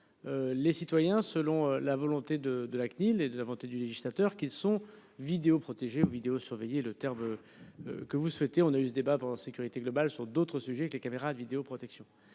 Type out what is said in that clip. Les citoyens selon la volonté de de la CNIL et de la volonté du législateur qu'ils sont vidéo protégés ou vidéo surveiller le terme. Que vous souhaitez. On a eu ce débat pour sécurité globale sur d'autres sujets que les caméras de vidéoprotection.